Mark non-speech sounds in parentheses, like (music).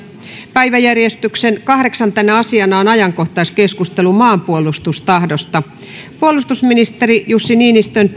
päiväjärjestyksen kahdeksantena asiana on ajankohtaiskeskustelu maanpuolustustahdosta puolustusministeri jussi niinistön (unintelligible)